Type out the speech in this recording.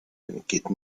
entgeht